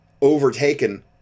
overtaken